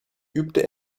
übte